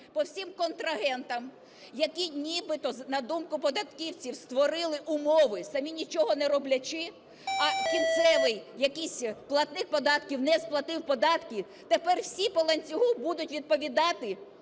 по всім контрагентам, які нібито, на думку податківців, створили умови самі нічого не роблячи, а кінцевий якийсь платник податків не сплатив податки, тепер всі по ланцюгу будуть відповідати